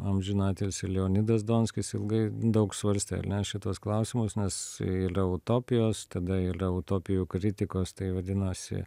amžinatilsį leonidas donskis ilgai daug svarstė ar ne šituos klausimus nes ylia utopijos tada ylia utopijų kritikos tai vadinasi